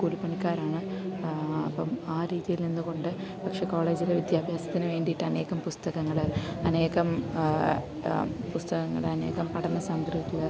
കൂലിപ്പണിക്കാരാണ് അപ്പം ആ രീതിയിൽ നിന്നുകൊണ്ട് പക്ഷേ കോളേജിലെ വിദ്യാഭ്യാസത്തിനു വേണ്ടിയിട്ട് അനേകം പുസ്തകങ്ങൾ അനേകം പുസ്തകങ്ങൾ അനേകം പഠന സാമഗ്രികൾ